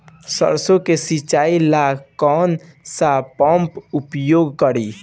सरसो के सिंचाई ला कौन सा पंप उपयोग करी?